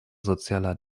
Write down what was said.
sozialer